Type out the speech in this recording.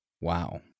Wow